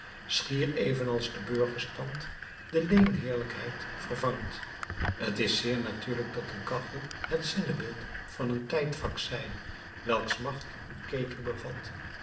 schier evenals de burgerstand de leenheerlijkheid vervangt t is zeer natuurlijk dat een kachel het zinnebeeld van een tijdvak zij welks macht een ketel bevat